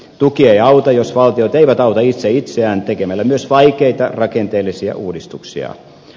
tuki ei auta jos valtiot eivät auta itse itseään tekemällä myös vaikeita rakenteellisia uudistuksia